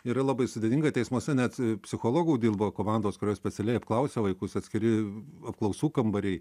yra labai sudėtinga teismuose net psichologų dirba komandos kurios specialiai apklausia vaikus atskiri apklausų kambariai